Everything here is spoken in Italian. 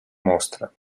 mostra